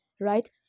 right